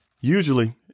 Usually